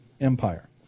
Empire